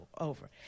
over